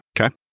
Okay